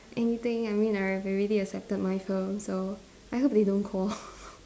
anything I mean I have already accepted mine so so I hope they don't call